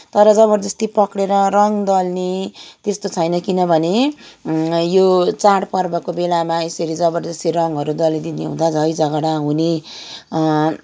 तर जबरजस्ती पक्रेर रङ दल्ने त्यस्तो छैन किनभने यो चाडपर्वको बेलामा यसरी जबरजस्ती रङहरू दलिदिने हुँदा झै झगडा हुने